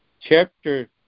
chapter